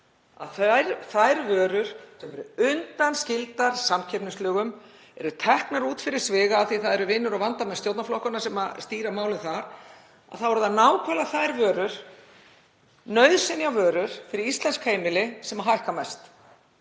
Þær vörur sem eru undanskildar samkeppnislögum eru teknar út fyrir sviga af því að það eru vinir og vandamenn stjórnarflokkanna sem stýra málum þar. Það eru nákvæmlega þær vörur, nauðsynjavörur fyrir íslensk heimili, sem hækka mest.